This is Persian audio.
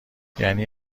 یعنی